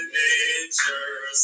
nature